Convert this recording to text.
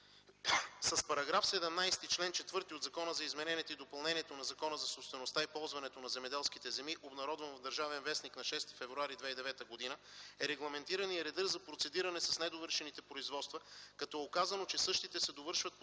С § 17, чл. 4 от Закона за изменение и допълнение на Закона за собствеността и ползването на земеделските земи, обнародван в “Държавен вестник” на 6 февруари 2009 г., е регламентиран и редът за процедиране с недовършените производства, като е указано, че същите се довършват по